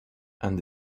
and